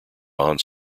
bond